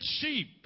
sheep